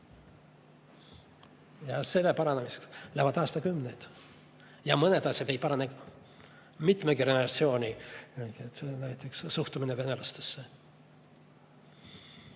Ja selle paranemiseks kulub aastakümneid ja mõned asjad ei parane ka mitme generatsiooni vältel, näiteks suhtumine venelastesse.